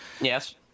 Yes